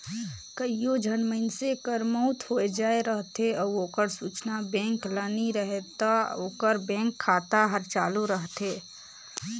कइयो झन मइनसे कर मउत होए जाए रहथे अउ ओकर सूचना बेंक ल नी रहें ता ओकर बेंक खाता हर चालू रहथे